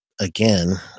again